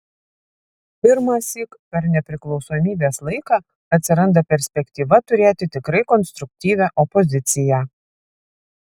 pirmąsyk per nepriklausomybės laiką atsiranda perspektyva turėti tikrai konstruktyvią opoziciją